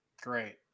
great